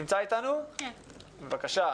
בבקשה.